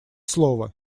слово